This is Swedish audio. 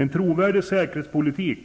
En trovärdig säkerhetspolitik